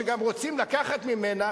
שגם רוצים לקחת ממנה,